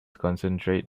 concentrate